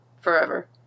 Forever